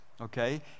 okay